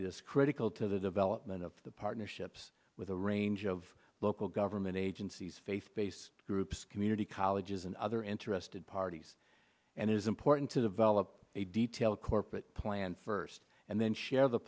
it is critical to the development of the partnerships with a range of local government agencies faith based groups community colleges and other interested parties and it is important to develop a detailed corporate plan first and then share the